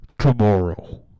Tomorrow